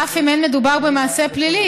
אף אם לא מדובר במעשה פלילי,